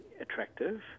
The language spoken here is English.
attractive